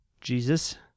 Jesus